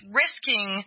risking